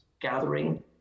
gathering